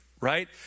right